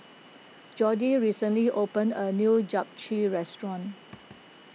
Jordi recently opened a new Japchae restaurant